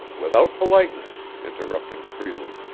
without politeness, interrupting freely.